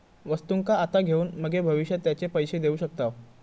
वस्तुंका आता घेऊन मगे भविष्यात तेचे पैशे देऊ शकताव